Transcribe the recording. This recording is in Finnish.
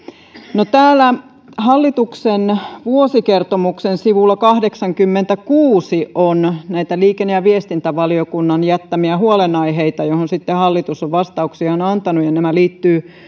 no täällä hallituksen vuosikertomuksen sivulla kahdeksankymmentäkuusi on näitä liikenne ja viestintävaliokunnan jättämiä huolenaiheita joihin sitten hallitus on vastauksiaan antanut ja nämä liittyvät